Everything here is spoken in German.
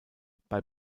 bei